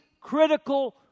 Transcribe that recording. critical